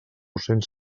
cents